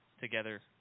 together